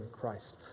Christ